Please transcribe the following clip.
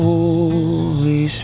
Holy